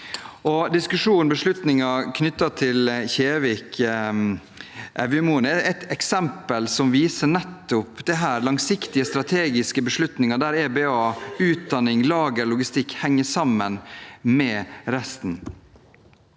beslutningen knyttet til Kjevik og Evjemoen er et eksempel som viser dette: langsiktige og strategiske beslutninger der EBA, utdanning, lager og logistikk henger sammen med resten.